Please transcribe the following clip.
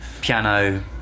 piano